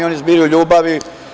Oni su bili u ljubavi.